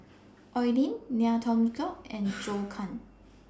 Oi Lin Ngiam Tong Dow and Zhou Can